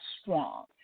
strong